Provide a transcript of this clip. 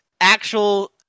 actual